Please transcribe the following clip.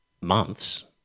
months